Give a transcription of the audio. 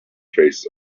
faces